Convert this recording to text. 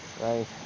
right